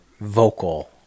vocal